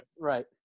Right